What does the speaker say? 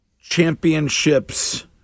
championships